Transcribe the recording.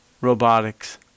robotics